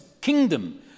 kingdom